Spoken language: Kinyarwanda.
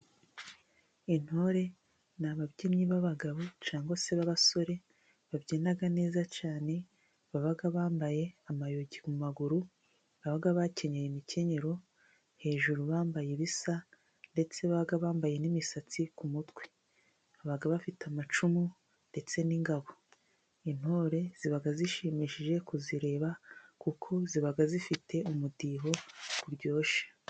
Intore ni ababyinnyi b'abagabo cyangwa se b'abasore babyina neza cyane baba bambaye amayugi ku maguru baba bakenyeye imikenyero , hejuru bambaye ibisa ndetse baba bambaye n'imisatsi ku mutwe . Baba bafite amacumu ndetse n'ingabo. Intore ziba zishimishije kuzireba kuko ziba zifite umudiho uryoshye.